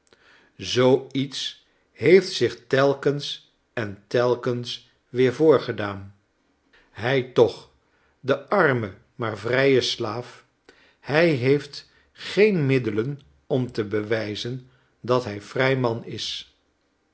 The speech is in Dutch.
zoo iets heeft zich telkens en telkens weer voorgedaan hij toch de arnie maar vrije slaaf hij heeft geen middelen om te bewijzen dat hij vrij man is